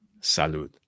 Salud